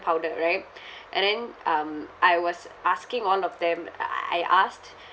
powder right and then um I was asking all of them uh I asked